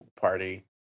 party